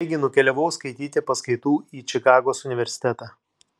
taigi nukeliavau skaityti paskaitų į čikagos universitetą